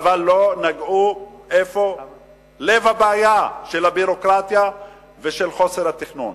אך לצערי הרב לא נגעו בלב הבעיה של הביורוקרטיה ושל חוסר התכנון.